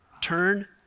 Turn